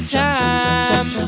time